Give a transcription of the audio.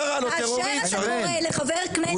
כאשר אתה קורא לחבר כנסת טרוריסט,